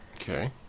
Okay